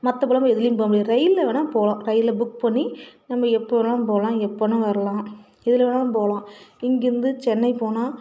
மற்றபடிலாம் நம்ம எதுலையும் போக முடியாது ரெயிலில் வேணா போகலாம் ரெயிலில் புக் பண்ணி நம்ம எப்போ வேணாலும் போகலாம் எப்போ வேணா வரலாம் எதில் வேணாலும் போகலாம் இங்கேருந்து சென்னை போனால்